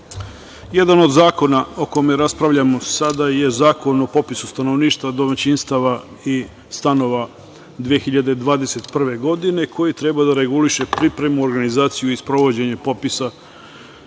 od zakona o kome raspravljamo sada je Zakon o popisu stanovništva, domaćinstava i stanova 2021. godine, koji treba da reguliše pripremu, organizaciju i sprovođenje popisa 2021.